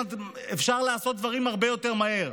אפשר לעשות דברים הרבה יותר מהר.